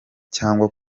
cyangwa